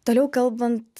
toliau kalbant